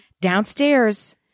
downstairs